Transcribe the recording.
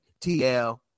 tl